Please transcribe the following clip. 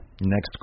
Next